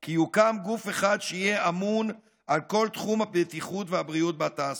כי יוקם גוף אחד שיהיה אמון על כל תחום הבטיחות והבריאות בתעסוקה,